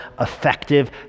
effective